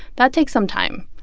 that takes some time.